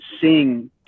sing